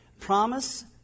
promise